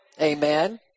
Amen